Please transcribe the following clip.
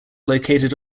located